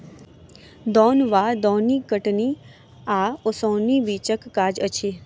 दौन वा दौनी कटनी आ ओसौनीक बीचक काज अछि